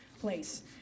place